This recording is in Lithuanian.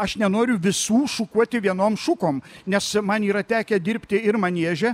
aš nenoriu visų šukuoti vienom šukom nes man yra tekę dirbti ir manieže